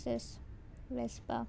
तशेंच वॅसपा